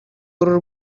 w’uru